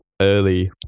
Early